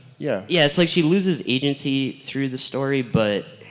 yeah. yeah, it's like she loses agency through the story, but